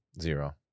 Zero